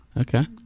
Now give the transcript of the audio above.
okay